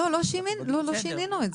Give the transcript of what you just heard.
לא, לא שינינו את זה.